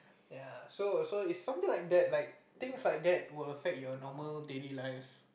ya so so is something like that like things like that will affect your normal daily lives